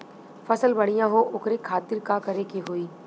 फसल बढ़ियां हो ओकरे खातिर का करे के होई?